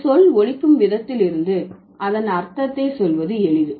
ஒரு சொல் ஒலிக்கும் விதத்தில் இருந்து அதன் அர்த்தத்தை சொல்வது எளிது